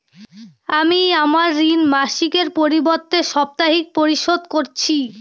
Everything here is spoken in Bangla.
আমি আমার ঋণ মাসিকের পরিবর্তে সাপ্তাহিক পরিশোধ করছি